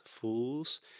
fools